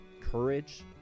courage